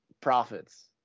profits